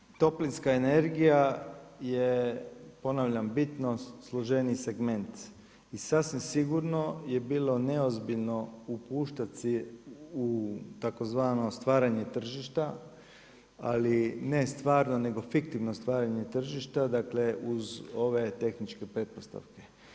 kolega, toplinska energija je ponavljam bitno složeniji segment i sasvim sigurno je bilo neozbiljno upuštat se u tzv. stvaranje tržišta, ali ne stvarno nego fiktivno stvaranje tržišta dakle uz ove tehničke pretpostavke.